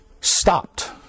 stopped